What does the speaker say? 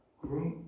groom